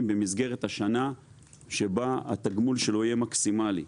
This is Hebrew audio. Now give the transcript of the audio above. במסגרת השנה שבה התגמול יהיה מקסימלי.